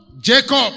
Jacob